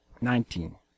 nineteen